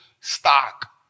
stock